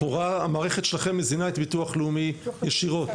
לכאורה המערכת שלכם מזינה את ביטוח לאומי ישירות,